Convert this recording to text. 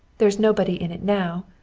there's nobody in it now.